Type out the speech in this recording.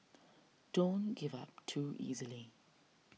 don't give up too easily